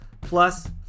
plus